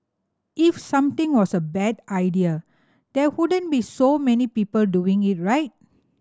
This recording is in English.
if something was a bad idea there wouldn't be so many people doing it right